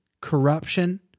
corruption